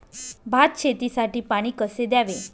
भात शेतीसाठी पाणी कसे द्यावे?